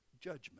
judgment